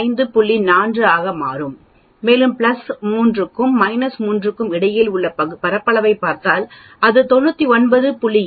4 ஆக இருக்கும் மேலும் பிளஸ் 3 மற்றும் 3 க்கு இடையில் உள்ள பரப்பளவைப் பார்த்தால் அது 99